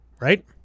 right